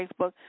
Facebook